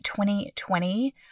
2020